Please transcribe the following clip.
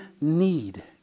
need